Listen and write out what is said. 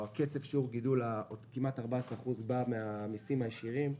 קצב הגידול, כמעט 14% בא מהמסים הישירים.